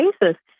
basis